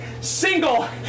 single